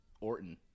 Orton